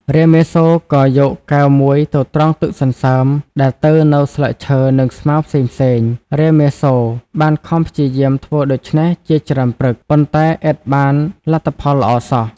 រាមាសូរក៏យកកែវមួយទៅត្រង់ទឹកសន្សើមដែលទើរនៅស្លឹកឈើនិងស្មៅផ្សេងៗ រាមាសូរបានខំព្យាយាមធ្វើដូច្នេះជាច្រើនព្រឹក ប៉ុន្តែឥតបានលទ្ធផលល្អសោះ។